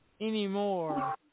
anymore